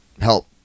help